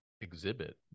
exhibit